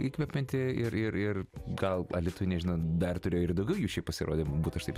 įkvepianti ir ir ir gal alytuj nežinau dar turėjo ir daugiau jų šiaip pasirodymų būt aš taip